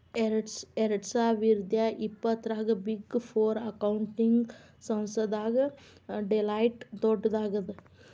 ಎರ್ಡ್ಸಾವಿರ್ದಾ ಇಪ್ಪತ್ತರಾಗ big four accounting ಸಂಸ್ಥಾದಾಗ ಡೆಲಾಯ್ಟ್ ದೊಡ್ಡದಾಗದ